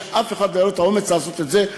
אף אחד לא היה לו אומץ לעשות את זה,